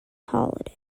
holiday